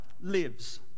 lives